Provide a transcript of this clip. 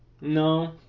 No